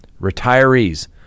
Retirees